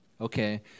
Okay